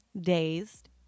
dazed